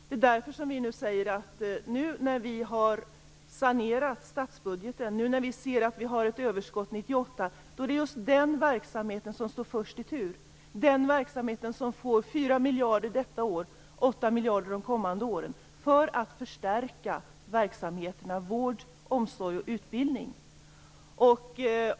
Det är därför vi säger att nu när vi har sanerat statsbudgeten, nu när vi ser att vi har ett överskott 1998, är det just den verksamheten som står först i tur. Det är den verksamheten som får 4 miljarder detta år och 8 miljarder de kommande åren för att förstärka vård, omsorg och utbildning.